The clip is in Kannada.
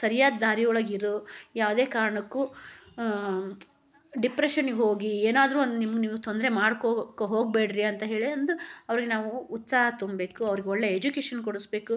ಸರಿಯಾದ ದಾರಿ ಒಳಗಿರು ಯಾವುದೇ ಕಾರಣಕ್ಕೂ ಡಿಪ್ರೆಷನ್ನಿಗೆ ಹೋಗಿ ಏನಾದರೂ ಒಂದು ನಿಮ್ಗೆ ನೀವು ತೊಂದರೆ ಮಾಡ್ಕೊಕ್ಕೆ ಹೋಗಬೇಡ್ರಿ ಅಂತ ಹೇಳಿ ಅಂದು ಅವ್ರಿಗೆ ನಾವು ಉತ್ಸಾಹ ತುಂಬಬೇಕ್ ಅವ್ರಿಗೆ ಒಳ್ಳೆಯ ಎಜುಕೇಶನ್ ಕೊಡಿಸ್ಬೇಕ್